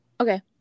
Okay